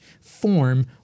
form